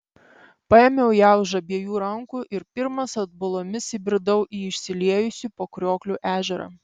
paėmiau ją už abiejų rankų ir pirmas atbulomis įbridau į išsiliejusį po kriokliu ežerą